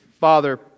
Father